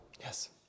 Yes